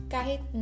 Kahit